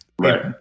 Right